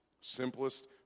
Simplest